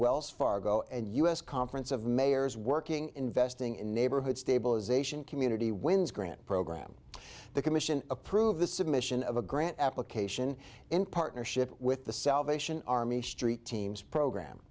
wells fargo and u s conference of mayors working investing in neighborhood stabilization community wins grant program the commission approve the submission of a grant application in partnership with the salvation army st teams program